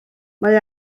mae